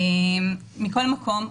מכל מקום,